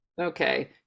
okay